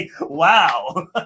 wow